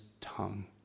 tongue